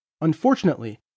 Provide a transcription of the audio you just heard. Unfortunately